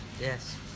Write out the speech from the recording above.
yes